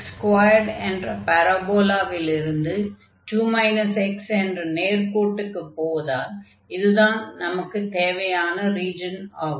yx2 என்ற பாரபோலாவிலிருந்து 2 x என்ற நேர்க்கோட்டுக்கு போவதால் இது தான் நமக்கு தேவையான ரீஜன் ஆகும்